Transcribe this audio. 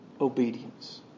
obedience